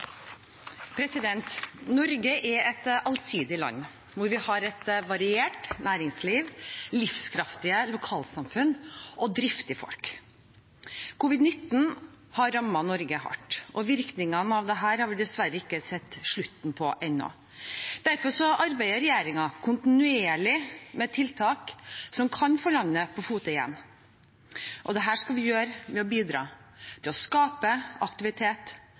land. Vi har et variert næringsliv, livskraftige lokalsamfunn og driftige folk. Covid-19 har rammet Norge hardt, og virkningene av dette har vi dessverre ikke sett slutten på ennå. Derfor arbeider regjeringen kontinuerlig med tiltak som kan få landet på fote igjen. Dette skal vi gjøre ved å bidra til å skape aktivitet